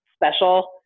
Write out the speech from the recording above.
special